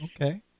Okay